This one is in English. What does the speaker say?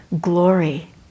glory